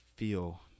feel